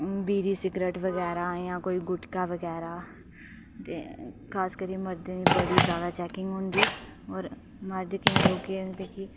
बीड़ी cigarette बगैरा जां कोई गुटखा बगैरा खास करियै मर्दें दी बड़ी ज्यादा चैकिंग होंदी और मर्द केईं लोग के हुंदे कि